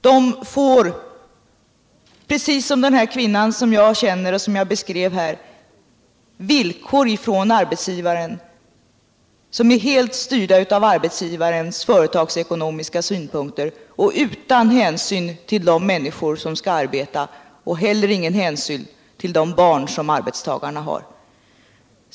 De får, precis som den kvinna som jag känner och som jag beskrev här, från arbetsgivaren villkor som är helt styrda av företagsekonomiska synpunkter och inte tar hänsyn till de människor som arbetar och till de barn som arbetstagarna har.